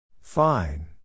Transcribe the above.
Fine